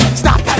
stop